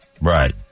Right